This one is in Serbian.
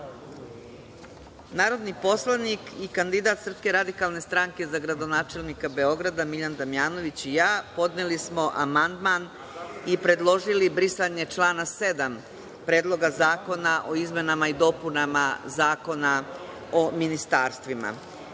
Hvala. Narodni poslanik i kandidat Srpske radikalne stranke za gradonačelnika Beograda, Miljan Damjanović i ja, podneli smo amandman i predložili brisanje člana 7. Predloga zakona o izmenama i dopunama Zakona o ministarstvima. Član